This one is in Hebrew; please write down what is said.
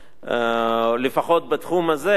לפחות בתחום הזה,